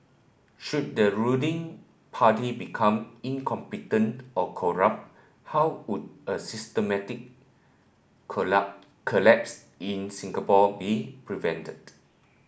should the ruling party become incompetent or corrupt how would a systematic colla collapse in Singapore be prevented